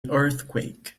earthquake